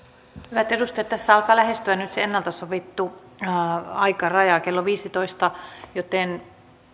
hyvät edustajat tässä alkaa lähestyä nyt se ennalta sovittu aikaraja kello viisitoista joten